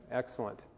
excellent